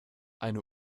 eine